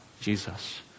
Jesus